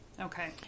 Okay